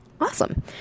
Awesome